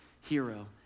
hero